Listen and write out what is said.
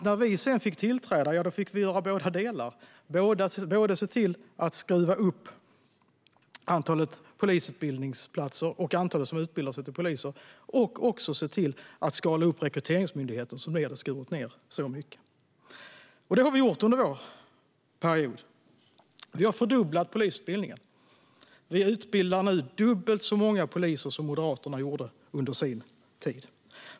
När vi sedan fick tillträda fick vi göra båda delar: Vi fick se till att skruva upp antalet polisutbildningsplatser och antalet som utbildar sig till poliser och också se till att skala upp Rekryteringsmyndigheten, där ni hade skurit ned så mycket. Detta har vi gjort under vår period. Vi har fördubblat polisutbildningen. Vi utbildar nu dubbelt så många poliser som Moderaterna gjorde under sin tid.